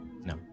no